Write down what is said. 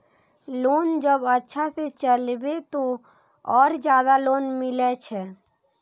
Loan जब अच्छा से चलेबे तो और ज्यादा लोन मिले छै?